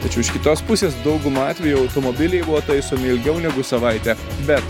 tačiau iš kitos pusės dauguma atvejų automobiliai buvo taisomi ilgiau negu savaitę bet